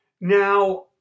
Now